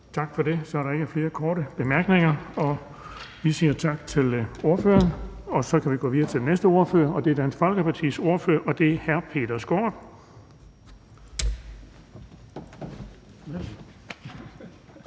Tak for det. Så er der ikke flere korte bemærkninger. Vi siger tak til ordføreren. Vi kan gå videre til Det Konservative Folkepartis ordfører, og det er fru Mona Juul.